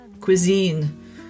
cuisine